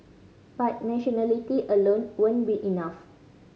but nationality alone won't be enough